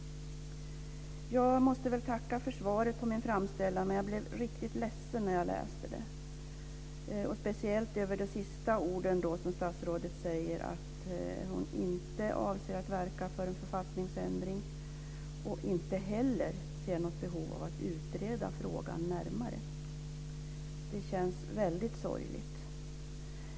Jag måste väl tacka för svaret på min framställan, men jag blev riktigt ledsen när jag läste det. Jag blev speciellt ledsen över de sista orden som statsrådet sade, nämligen att hon inte avser att verka för en författningsändring och inte heller ser något behov av att utreda frågan närmare. Det känns väldigt sorgligt.